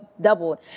Doubled